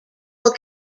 will